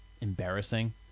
embarrassing